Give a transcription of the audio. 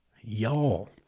y'all